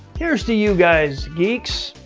here's to you guys, g e e